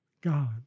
God